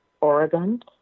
Oregon